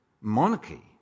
Monarchy